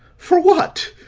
for what?